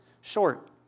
short